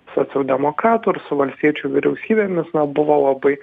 socialdemokratų ir su valstiečių vyriausybėmis na buvo labai